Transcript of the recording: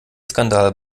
skandal